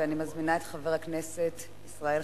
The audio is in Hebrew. אני מזמינה את חבר הכנסת ישראל חסון,